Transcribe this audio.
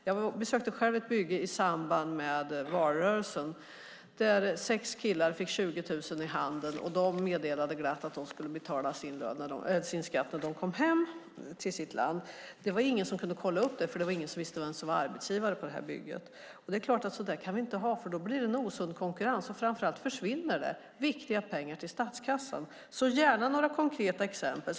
Jag besökte själv ett bygge i samband med valrörelsen där sex killar fick 20 000 kronor i handen. De deklarerade glatt att de skulle betala sin skatt när de kom hem till sitt land. Det var ingen som kunde kolla upp det, eftersom det inte var någon som visste vem som var arbetsgivare på bygget. Det är klart att vi inte kan ha det så. Det blir en osund konkurrens, och framför allt försvinner viktiga pengar till statskassan. Jag vill gärna ha några konkreta exempel.